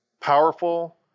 powerful